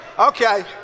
Okay